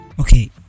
Okay